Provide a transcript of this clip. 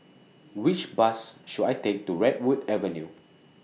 Which Bus should I Take to Redwood Avenue